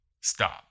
stop